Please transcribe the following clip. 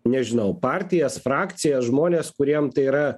nežinau partijos frakcijas žmones kuriem tai yra